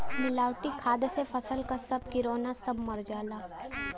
मिलावटी खाद से फसल क सब किरौना सब मर जाला